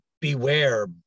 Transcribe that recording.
beware